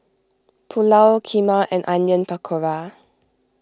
Pulao Kheema and Onion Pakora